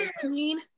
clean